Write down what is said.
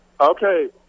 Okay